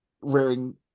wearing